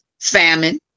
famine